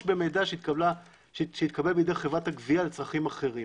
במידע שהתקבל בידי חברת הגבייה לצרכים אחרים.